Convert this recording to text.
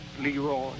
Leroy